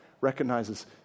recognizes